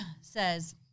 says